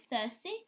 thirsty